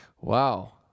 Wow